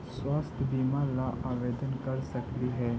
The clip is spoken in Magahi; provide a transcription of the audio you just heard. स्वास्थ्य बीमा ला आवेदन कर सकली हे?